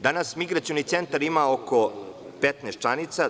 Danas migracioni centar ima oko 15članica.